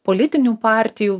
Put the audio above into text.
politinių partijų